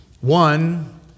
One